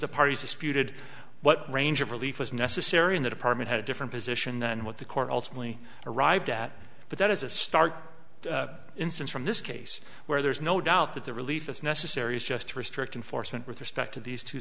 the parties disputed what range of relief was necessary in the department had a different position than what the court ultimately arrived at but that is a start instance from this case where there is no doubt that the relief that's necessary is just restricted foresman with respect to these two